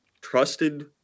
trusted